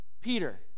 Peter